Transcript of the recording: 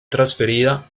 transferida